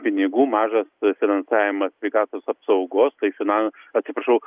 pinigų mažas finansavimas sveikatos apsaugos tai finan atsiprašau